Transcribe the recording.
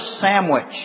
sandwich